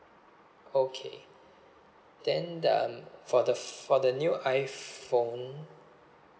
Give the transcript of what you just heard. okay then um for the f~ for the new iphone